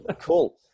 Cool